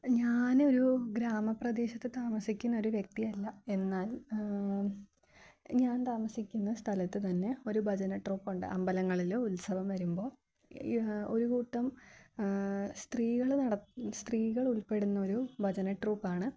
ഞാനൊരു ഗ്രാമപ്രദേശത്ത് താമസിക്കുന്നൊരു വ്യക്തിയല്ല എന്നാൽ ഞാൻ താമസിക്കുന്ന സ്ഥലത്ത് തന്നെ ഒരു ഭജന ട്രൂപ്പുണ്ട് അമ്പലങ്ങളില് ഉത്സവം വരുമ്പോള് ഒരുകൂട്ടം സ്ത്രീകള് സ്ത്രീകൾ ഉൾപ്പെടുന്നൊരു ഭജന ട്രൂപ്പാണ്